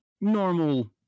normal